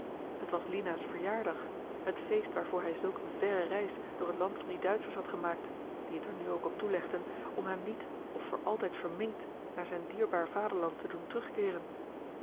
het was lina's verjaardag het feest waarvoor hij zulk een verre reis door het land van die duitschers had gemaakt die het er nu ook op toelegden om hem niet of voor altijd verminkt naar zijn dierbaar vaderland te doen terugkeeren